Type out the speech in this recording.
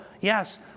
yes